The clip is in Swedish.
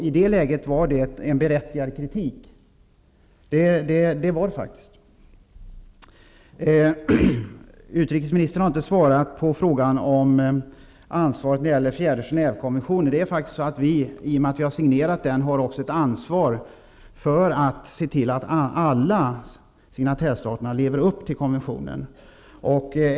I det läget var det faktiskt berättigad kritik. Utrikesministern har inte svarat på frågan om ansvaret enligt den fjärde Genèvekonventionen. I och med att vi har signerat den har vi ett ansvar att se till att alla signatärstater lever upp till konventionen.